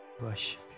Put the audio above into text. Worship